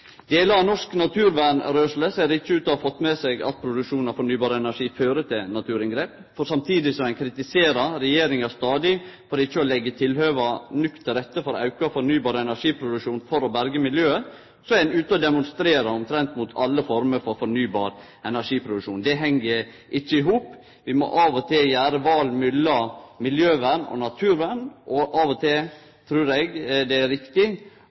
Delar av norsk naturvernrørsle ser ikkje ut til å ha fått med seg at produksjon av fornybar energi fører til naturinngrep, for samtidig med at ein stadig kritiserer regjeringa for ikkje å leggje tilhøva nok til rette for auka fornybar energiproduksjon for å berge miljøet, er ein ute og demonstrerer omtrent mot alle former for fornybar energiproduksjon. Det heng ikkje i hop. Vi må av og til gjere eit val mellom miljøvern og naturvern, og av og til trur eg det er riktig